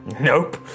Nope